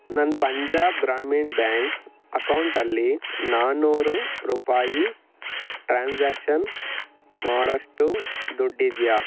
ನನ್ನ ಪಂಜಾಬ್ ಗ್ರಾಮೀಣ್ ಬ್ಯಾಂಕ್ ಅಕೌಂಟಲ್ಲಿ ನಾನ್ನೂರು ರೂಪಾಯಿ ಟ್ರಾನ್ಸಾಕ್ಷನ್ ಮಾಡೋಷ್ಟು ದುಡ್ಡಿದೆಯಾ